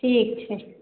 ठीक छै